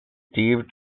steve